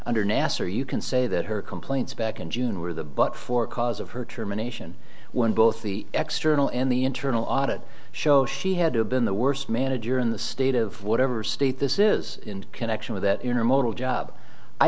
under nasser you can say that her complaints back in june were the but for cause of her termination when both the extra nl and the internal audit show she had to have been the worst manager in the state of whatever state this is in connection with that intermodal job i